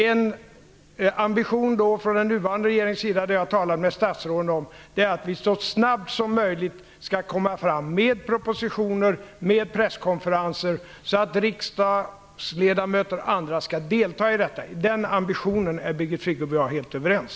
En ambition från den nuvarande regeringens sida är - det har jag talat med statsråden om - att vi så snabbt som möjligt skall komma fram med propositioner och presskonferenser, så att riksdagsledamöterna och andra skall kunna delta i diskussionen. Om den ambitionen är Birgit Friggebo och jag helt överens.